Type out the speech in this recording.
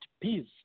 peace